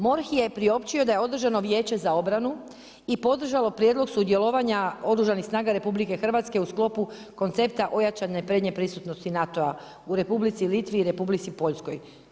MORH je priopćio da je održano Vijeće za obranu i podržalo prijedlog sudjelovanja Oružanih snaga RH u sklopu koncepta ojačane prednje prisutnosti NATO-a u Republici Litvi i Republici Poljskoj.